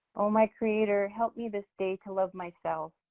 oh, my creator, help me this day to love myself.